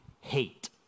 hate